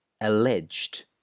alleged